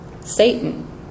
Satan